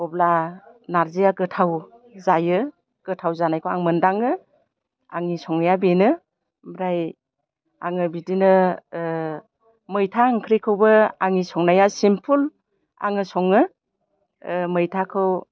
अब्ला नारजिआ गोथाव जायो गोथाव जानायखौ आं मोनदाङो आंनि संनाया बेनो ओमफ्राय आङो बिदिनो मैथा ओंख्रिखौबो आंनि संनाया सिमफोल आङो सङो मैथाखौ